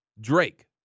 Drake